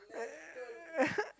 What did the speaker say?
uh